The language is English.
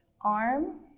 arm